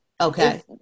Okay